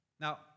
Now